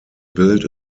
built